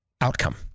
outcome